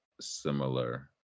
similar